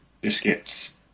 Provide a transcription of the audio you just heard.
biscuits